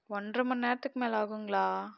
ஒன்றரை மணிநேரத்துக்கு மேலே ஆகுங்களா